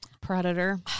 Predator